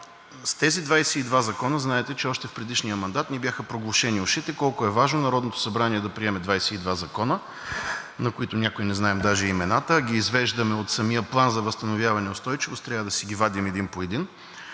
с тези 22 закона, знаете, че още в предишния мандат ни бяха проглушени ушите колко е важно Народното събрание да приеме 22 закона, на някои, от които не знаем даже и имената, а ги извеждаме от самия План за възстановяване и устойчивост и трябва да си ги вадим един по един.